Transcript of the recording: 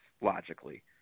Logically